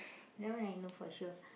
that one I know for sure